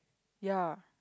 ya